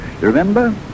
Remember